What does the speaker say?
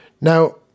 Now